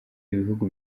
ibihugu